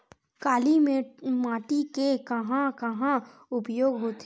काली माटी के कहां कहा उपयोग होथे?